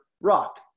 rock